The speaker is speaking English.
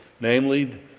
namely